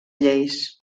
lleis